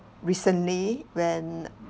recently when